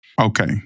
Okay